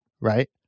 right